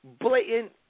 Blatant